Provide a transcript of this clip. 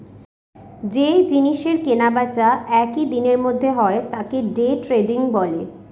যে জিনিসের কেনা বেচা একই দিনের মধ্যে হয় তাকে দে ট্রেডিং বলে